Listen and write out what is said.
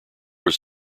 was